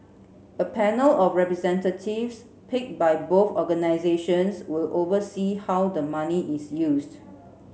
a panel of representatives picked by both organisations will oversee how the money is used